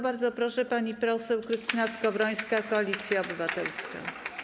Bardzo proszę, pani poseł Krystyna Skowrońska, Koalicja Obywatelska.